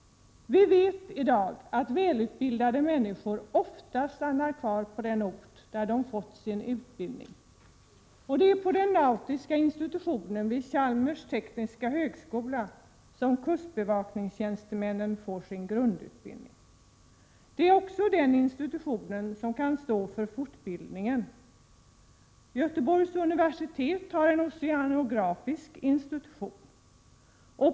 Vi vet i dag att välutbildade människor ofta stannar på den ort där de fått sin utbildning. Det är på nautiska institutionen vid Chalmers tekniska högskola som kustbevakningstjänstemännen får sin grundutbildning. Det är också den institution som kan stå för fortbildningen. Göteborgs universitet har också en oceanografisk institution.